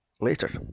later